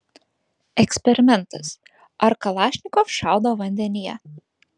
eksperimentas ar kalašnikov šaudo vandenyje